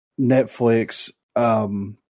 Netflix